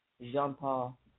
Jean-Paul